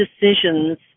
decisions